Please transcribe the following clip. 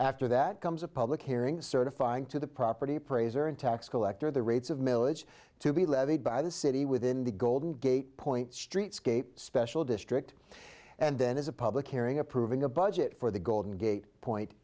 after that comes a public hearing certifying to the property appraiser and tax collector the rates of milledge to be levied by the city within the golden gate point streetscape special district and then is a public hearing approving a budget for the golden gate point